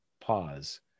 pause